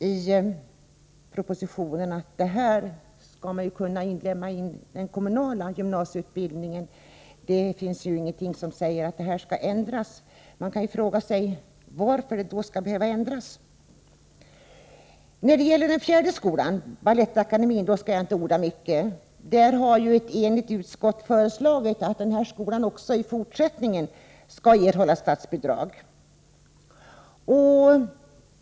I propositionen säger man att denna utbildning skall kunna inlemmas i den kommunala gymnasieutbildningen, och att det inte finns något som säger att det innebär en ändring. Man kan då fråga sig varför en ändring skall behöva göras. Om den fjärde skolan, Balettakademien, skall jag inte orda mycket. Ett enigt utskott har föreslagit att denna skola även i fortsättningen skall erhålla statsbidrag.